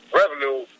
revenue